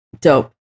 dope